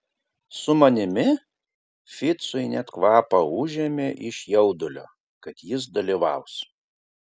su manimi ficui net kvapą užėmė iš jaudulio kad jis dalyvaus